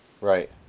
Right